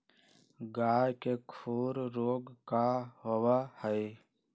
गाय के खुर रोग का होबा हई?